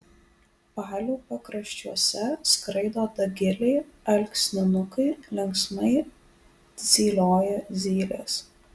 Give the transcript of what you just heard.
palių pakraščiuose skraido dagiliai alksninukai linksmai zylioja zylės